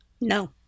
No